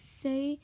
say